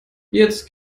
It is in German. jetzt